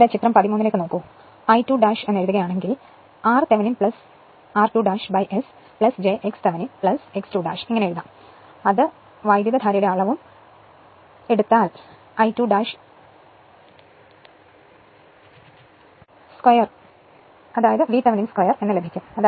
ഇപ്പോൾ ചിത്രം 13 ൽ I2 എഴുതുകയാണെങ്കിൽ അപ്പോൾ r Thevenin r2 S j x Thevenin x 2 എന്ന് എഴുതാം അത് ചെയ്ത് വൈദ്യുതധാരയുടെ അളവും 2 ഉം എടുത്താൽ I2 2 b Thevenin 2 ലഭിക്കും